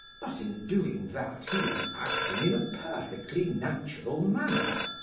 but in doing that he is acting in a perfectly natural manner.